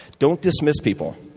don't dismiss people.